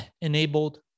enabled